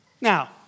Now